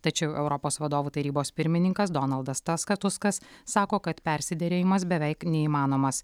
tačiau europos vadovų tarybos pirmininkas donaldas taskatuskas sako kad persiderėjimas beveik neįmanomas